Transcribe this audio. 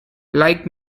like